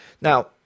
Now